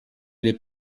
les